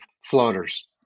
floaters